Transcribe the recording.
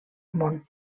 món